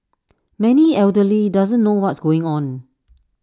many elderly doesn't know what's going on